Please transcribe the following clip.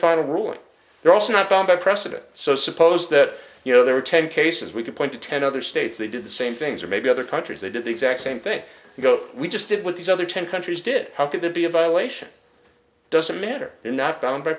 final ruling they're also not bound by precedent so suppose that you know there are ten cases we can point to ten other states they do the same things or maybe other countries they did the exact same thing you know we just did what these other ten countries did how could that be a violation doesn't matter they're not bound by